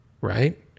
right